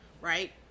right